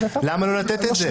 למה לא לתת את זה?